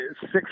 six